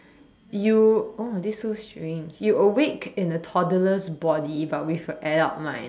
you oh this is so strange you awake in a toddler's body but with an adult mind